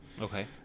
Okay